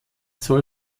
soll